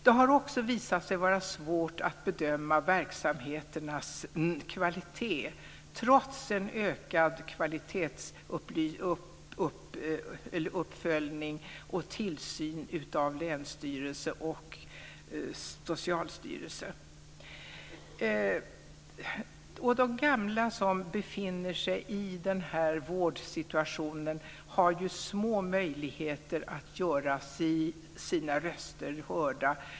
Det har också visat sig vara svårt att bedöma verksamheternas kvalitet - trots en ökad kvalitetsuppföljning och tillsyn av länsstyrelse och socialstyrelse. De gamla som befinner sig i den här vårdsituationen har ju små möjligheter att göra sina röster hörda.